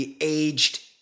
Aged